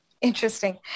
Interesting